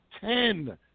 ten